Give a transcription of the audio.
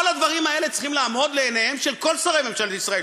כל הדברים האלה צריכים לעמוד לנגד עיניהם של כל שרי ממשלת ישראל,